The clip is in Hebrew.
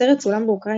הסרט צולם באוקראינה,